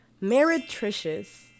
meretricious